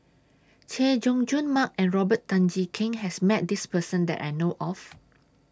Chay Jung Jun Mark and Robert Tan Jee Keng has Met This Person that I know of